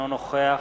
אינו נוכח